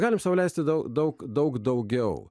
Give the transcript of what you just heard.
galime sau leisti daug daug daug daugiau